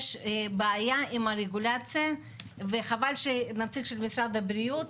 יש בעיה עם הרגולציה וחבל שנציג של משרד הבריאות,